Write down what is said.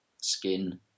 Skin